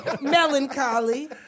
melancholy